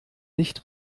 nicht